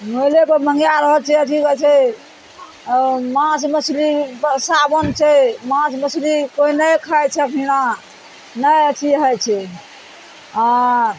मोबाइलेसँ मँगाय रहल छै अथी होइ छै अऽ माँस मछली सावन छै माँस मछली कोइ नहि खाइ छै अभी हियाँ नहि अथी हइ छै